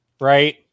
right